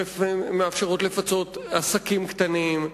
שמאפשרות לפצות עסקים קטנים,